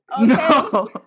No